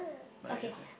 my girlfriend